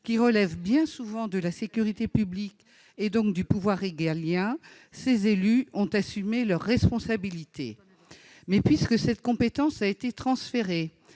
qui relève bien souvent de la sécurité publique, et donc du pouvoir régalien, ils ont assumé leurs responsabilités. Mais puisque cette compétence a été transférée,